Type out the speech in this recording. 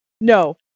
No